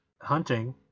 hunting